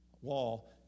wall